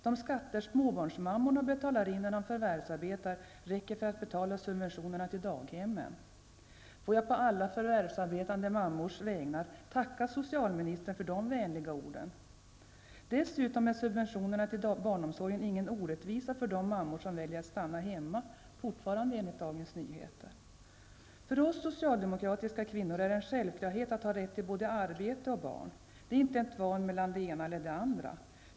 De skatter småbarnsmammorna betalar in när de förvärvsarbetar räcker för att betala subventionerna till daghemmen. Får jag på alla förvärvsarbetande mammors vägnar tacka socialministern för de vänliga orden. Dessutom är subventionerna till barnomsorgen ingen orättvisa för de mammor som väljer att stanna hemma -- fortfarande enligt DN. För oss socialdemokratiska kvinnor är det en självklarhet att ha rätt till både arbete och barn. Det är inte ett val mellan det ena eller det andra.